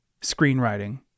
screenwriting